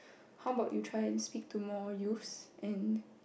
how about you try to speak to more youths and